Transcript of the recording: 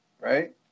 right